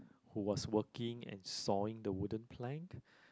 was walking and sawing the wooden plank